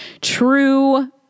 true